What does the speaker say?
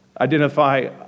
identify